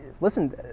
listen